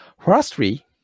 Firstly